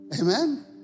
Amen